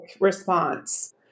response